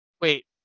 Wait